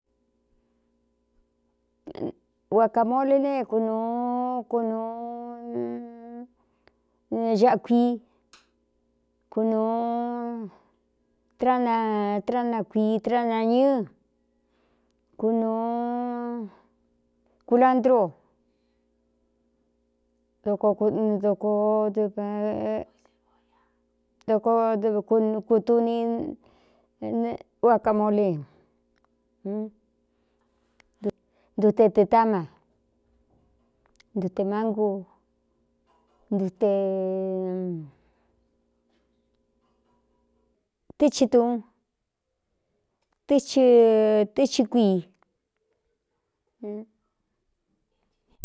Uaca molé neé kunūu kunūuxakuí kunūu áatrána kui tráannañɨ́ kunūu kulandruo dko ddkokutuniandutete táma ntute ánu nɨɨuɨ ɨtɨ tɨ kuii.